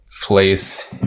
place